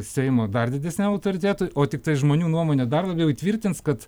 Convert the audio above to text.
seimo dar didesniam autoritetui o tiktai žmonių nuomonę dar labiau įtvirtins kad